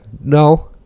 no